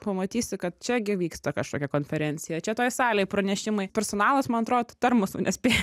pamatysi kad čia gi vyksta kažkokia konferencija čia toj salėj pranešimai personalas man atrodo tų termosų nespėja